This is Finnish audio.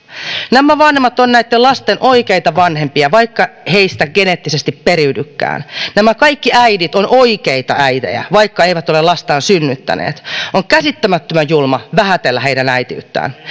nämä vanhemmat ovat näitten lasten oikeita vanhempia vaikka heistä geneettisesti periydykään nämä kaikki äidit ovat oikeita äitejä vaikka eivät ole lastaan synnyttäneet on käsittämättömän julmaa vähätellä heidän äitiyttään